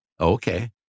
Okay